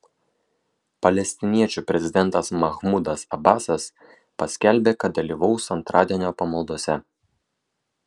palestiniečių prezidentas mahmudas abasas paskelbė kad dalyvaus antradienio pamaldose